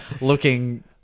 looking